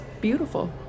beautiful